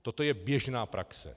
Toto je běžná praxe.